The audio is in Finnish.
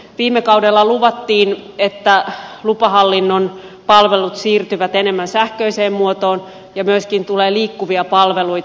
viime kaudella luvattiin että lupahallinnon palvelut siirtyvät enemmän sähköiseen muotoon ja myöskin tulee liikkuvia palveluita